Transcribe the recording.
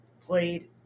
played